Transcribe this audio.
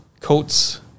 coats